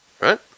Right